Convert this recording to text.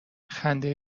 خنده